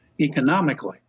economically